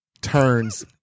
turns